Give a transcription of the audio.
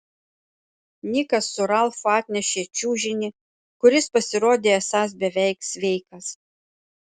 nikas su ralfu atnešė čiužinį kuris pasirodė esąs beveik sveikas